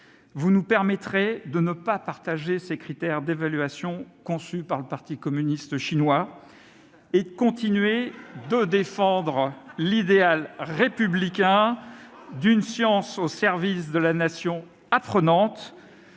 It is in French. Vous nous permettrez de ne pas partager ses critères d'évaluations conçus par le parti communiste chinois et de continuer de défendre l'idéal républicain d'une science au service de la Nation apprenante,